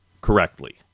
correctly